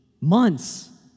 months